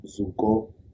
Zuko